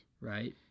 Right